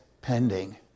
pending